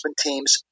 teams